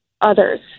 others